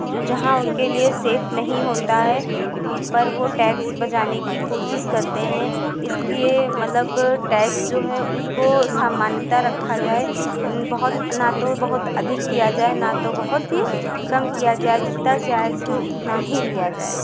ज जहाँ उनके लिए सेफ नहीं होता है पर वह टैक्स बचाने की कोशिश करते हैं इसीलिए मतलब टैक्स जो है उसको सामानता रखा जाए बहुत न तो बहुत अधिक किया जाए ना तो बहुत ही कम किया जाए जितना जायज़ है उतना ही लिया जाए